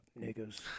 niggas